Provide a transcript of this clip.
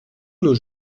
nos